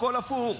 הכול הפוך.